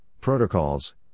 protocols